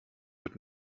wird